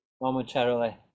momentarily